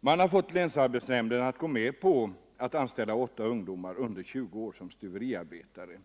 Man har fått länsarbetsnämnden att gå med på anställning av åtta ungdomar under 20 år såsom stuveriarbetare.